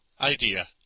idea